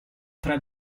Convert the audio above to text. tre